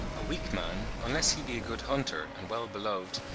a weak man, unless he be a good hunter, and well-beloved,